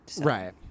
Right